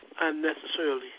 unnecessarily